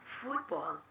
football